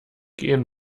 gehen